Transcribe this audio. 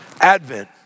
advent